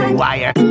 wire